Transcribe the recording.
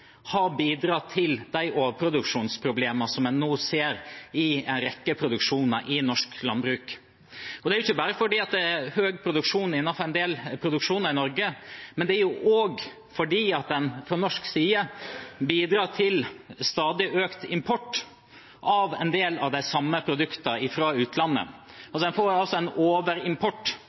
har bidratt til de overproduksjonsproblemene som man nå ser i en rekke produksjoner i norsk landbruk. Det er ikke bare fordi det er høy produksjon innenfor en del områder i Norge, men også fordi man på norsk side bidrar til stadig økt import av en del av de samme produktene fra utlandet. Man får altså en overimport